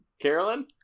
Carolyn